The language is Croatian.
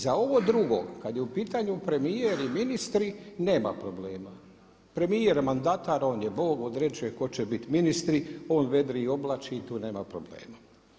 Za ovo drugo kad je u pitanju premijer i ministri nema problema, premijer mandatar on je Bog, određuje tko će biti ministri, on vedri i oblači i tu nema problema.